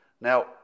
Now